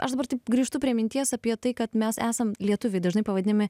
aš dabar taip grįžtu prie minties apie tai kad mes esam lietuviai dažnai pavadinami